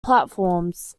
platforms